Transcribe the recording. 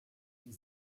die